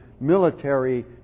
military